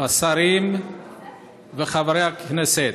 השרים וחברי הכנסת,